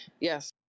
Yes